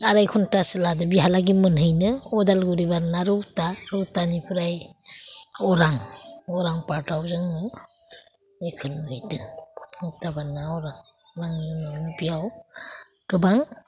आराय घण्टासो लादों बिहालागै मोनहैनो उदालगुरि बारना रौता रौतानिफ्राय अरां अरां पार्कआव जोङो बेखौ नुहैदों रौता बारना अरां मानि बेयाव गोबां